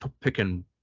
picking